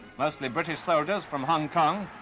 mostly british soldiers from hong kong,